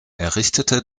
errichtete